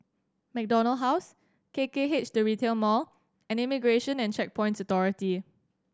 MacDonald House K K H The Retail Mall and Immigration and Checkpoints Authority